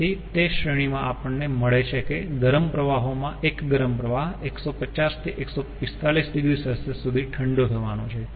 તેથી તે શ્રેણીમાં આપણને મળે છે કે ગરમ પ્રવાહોમાં એક ગરમ પ્રવાહ 150 થી 145 oC સુધી ઠંડો થવાનો છે